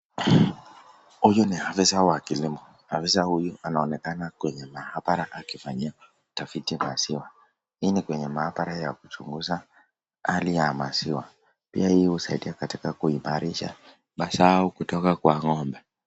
Huyu ni afisa wa kilimo afisa huyu anaonekana kwenye maabara akifanya utafiti wa maziwa. Hii ni kwenye maabara ya kuchunguza hali ya maziwa pia hii husaidia kuimarisha mazao kutoka kwa ng'ombe.